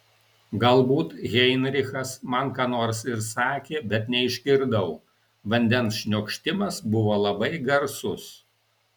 galbūt heinrichas man ką nors ir sakė bet neišgirdau vandens šniokštimas buvo labai garsus